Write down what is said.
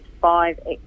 five